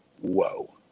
whoa